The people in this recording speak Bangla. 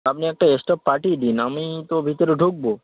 আপনি একটা স্টাফ পাঠিয়ে দিন আমি তো ভিতরে ঢুকবো